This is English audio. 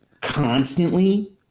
constantly